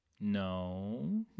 No